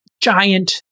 giant